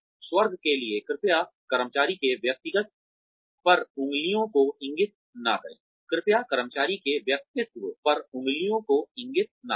स्वर्ग के लिए कृपया कर्मचारी के व्यक्तित्व पर उंगलियों को इंगित न करें